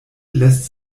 lässt